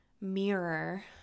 mirror